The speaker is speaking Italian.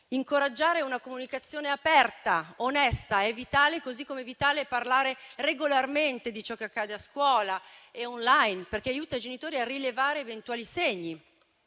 incoraggiare una comunicazione aperta, onesta e vitale, così come è vitale parlare regolarmente di ciò che accade a scuola e *online*, perché aiuta i genitori a rilevare eventuali segni.